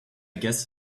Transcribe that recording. guess